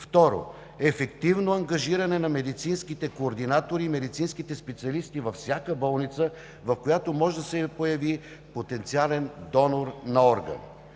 г.; 2. ефективно ангажиране на медицинските координатори и медицинските специалисти във всяка болница, в която може да се появи потенциален донор на органи;